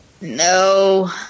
No